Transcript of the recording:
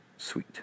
Sweet